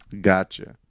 Gotcha